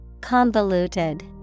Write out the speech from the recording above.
Convoluted